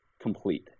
complete